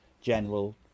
general